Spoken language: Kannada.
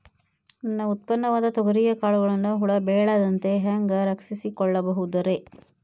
ನನ್ನ ಉತ್ಪನ್ನವಾದ ತೊಗರಿಯ ಕಾಳುಗಳನ್ನ ಹುಳ ಬೇಳದಂತೆ ಹ್ಯಾಂಗ ರಕ್ಷಿಸಿಕೊಳ್ಳಬಹುದರೇ?